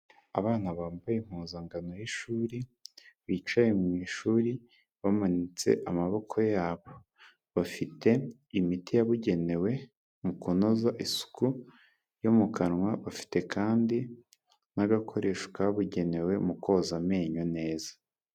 Abana bambaye impuzangano y'ishuri, bicaye mu ishuri bamanitse amaboko yabo, bafite imiti yabugenewe mu kunoza isuku yo mu kanwa, bafite kandi n'agakoresho kabugenewe mu koza amenyo neza.